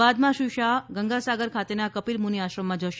બાદમાં શ્રી શાહ ગંગાસાગર ખાતેના કપિલ મુનિ આશ્રમમાં જશે